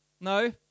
No